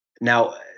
Now